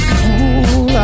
fool